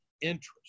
interest